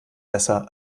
besser